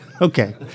Okay